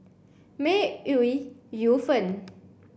May Ooi Yu Fen